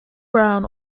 brown